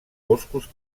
boscos